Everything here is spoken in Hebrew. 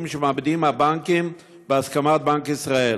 שהבנקים מעמידים בהסכמת בנק ישראל?